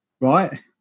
Right